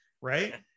right